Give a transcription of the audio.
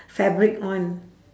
fabric on